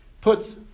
puts